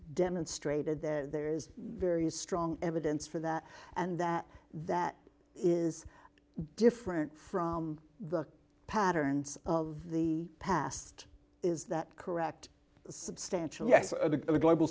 demonstrated there is very strong evidence for that and that that is different from the patterns of the past is that correct substantially yes the global